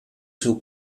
seu